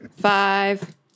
five